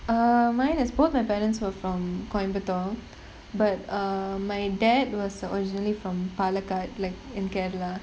err mine is both my parents were from coimbatore but err my dad was originally from paalakkad like in kerala